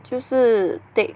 就是 take